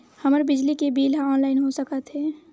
हमर बिजली के बिल ह ऑनलाइन हो सकत हे?